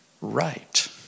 right